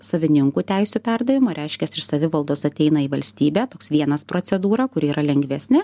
savininkų teisių perdavimo reiškias iš savivaldos ateina į valstybę toks vienas procedūra kuri yra lengvesnė